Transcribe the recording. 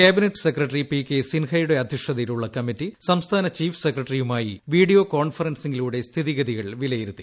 cabinet secretary P K സിൻഹയുടെ അധൃക്ഷതയിലുള്ള committee സംസ്ഥാന ചീഫ് സെക്രട്ടറിയുമായി വീഡിയോ കോൺഫറൻസിംഗിലൂടെ സ്ഥിതിഗതികൾ വിലയിരുത്തി